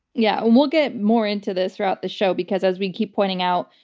yeah and we'll get more into this throughout the show because as we keep pointing out,